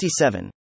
57